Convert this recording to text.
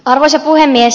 arvoisa puhemies